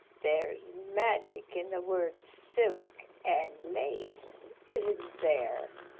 there's magic in the words silk and lace, isn't there?